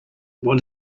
want